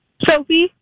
Sophie